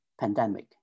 pandemic